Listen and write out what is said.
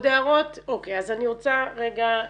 אני רוצה לסכם.